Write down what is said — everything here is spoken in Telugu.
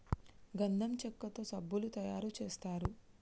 గంధం చెక్కతో సబ్బులు తయారు చేస్తారు